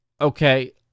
okay